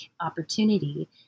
opportunity